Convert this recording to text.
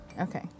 Okay